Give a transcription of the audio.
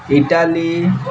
Italy